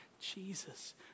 Jesus